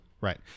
Right